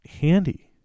handy